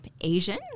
asian